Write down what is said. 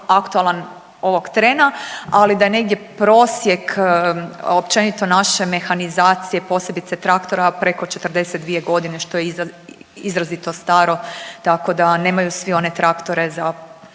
aktualan ovog trena, ali da je negdje prosjek općenito naše mehanizacije posebice traktora preko 42 godine što je izrazito staro tako da nemaju svi one traktore za